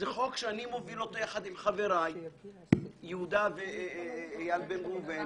זה חוק שאני מוביל אותו יחד עם חבריי יהודה גליק ואיל בן ראובן.